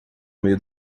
meio